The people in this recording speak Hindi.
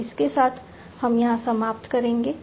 तो इस के साथ हम यहां समाप्त करेंगे